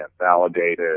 validated